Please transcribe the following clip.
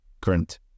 current